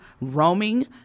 roaming